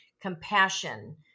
compassion